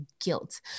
guilt